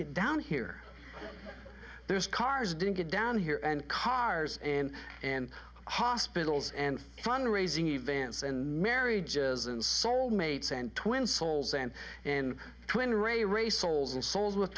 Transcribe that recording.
get down here there's cars didn't get down here and cars and and hospitals and fund raising events and marriage isn't soul mates and twin souls and in twin ray ray souls and souls with